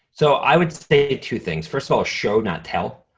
so i would say two things. first of all, show not tell.